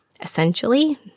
essentially